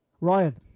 Ryan